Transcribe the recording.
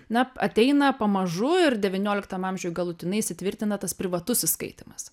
na ateina pamažu ir devynioliktam amžiui galutinai įsitvirtina tas privatus įskaitymas